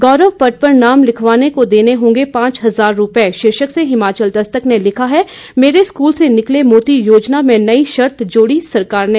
गौरव पट्ट पर नाम लिखवाने को देने होंगे पांच हजार रूपये शीर्षक से हिमाचल दस्तक ने लिखा है मेरे स्कूल से निकले मोती योजना में नई शर्त जोड़ी सरकार ने